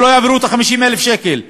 שלא יעברו את ה-50,000 שקל.